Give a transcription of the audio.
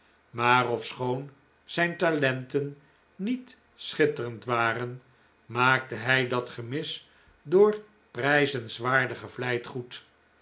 maar ofschoon zijn talenten niet schitterend waren rnaakte hij dat gemis door prijzenswaardige vlijt goed